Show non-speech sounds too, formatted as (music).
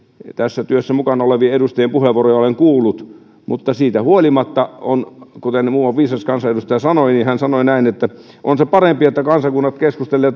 tässä työssä mukana olevien edustajien puheenvuoroja olen kuullut mutta siitä huolimatta kuten muuan viisas kansanedustaja sanoi on se parempi että kansakunnat keskustelevat (unintelligible)